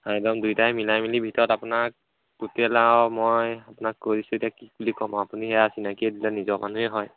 একদম দুইটাই মিলাই মেলি ভিতৰত আপোনাক টোটেল আৰু মই আপোনাক কৈ দিছোঁ এতিয়া কি বুলি কম আৰু আপুনি সেয়া চিনাকীয়ে দিলে এতিয়া নিজৰ মানুহেই হয়